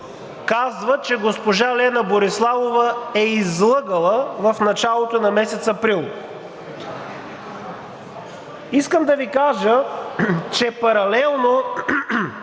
казва, че госпожа Лена Бориславов е излъгала в началото на месец април. Искам да Ви кажа, че паралелно